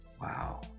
Wow